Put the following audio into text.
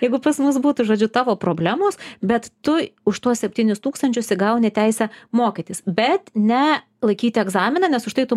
jeigu pas mus būtų žodžiu tavo problemos bet tu už tuos septynis tūkstančius įgauni teisę mokytis bet ne laikyti egzaminą nes už tai tu